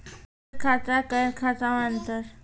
बचत खाता करेंट खाता मे अंतर?